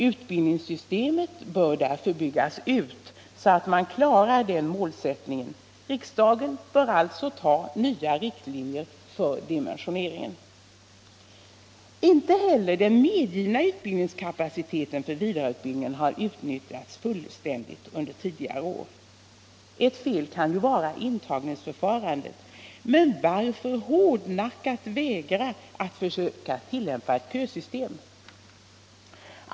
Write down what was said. Utbildningssystemet bör därför byggas ut så att man klarar den målsättningen. Riksdagen bör alltså anta nya riktlinjer för dimensioneringen. Inte heller den medgivna utbildningskapaciteten för vidareutbildning har utnyttjats fullständigt under tidigare år. Ett fel kan vara intagningsförfarandet. Varför hårdnackat vägra att försöka tillämpa ett kösystem?